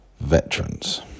Veterans